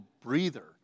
breather